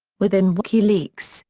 within wikileaks,